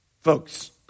Folks